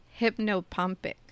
hypnopompic